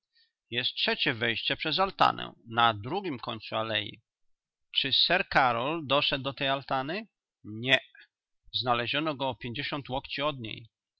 jest trzecie wejście przez altanę na drugim końcu alei czy sir karol doszedł do tej altany nie znaleziono go o pięćdziesiąt łokci od niej